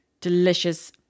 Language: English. delicious